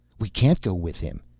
we can't go with him!